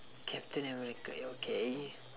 captain america okay